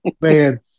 Man